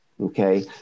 Okay